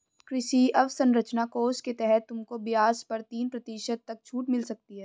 कृषि अवसरंचना कोष के तहत तुमको ब्याज पर तीन प्रतिशत तक छूट मिल सकती है